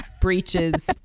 breeches